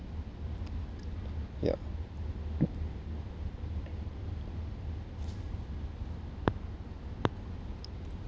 yup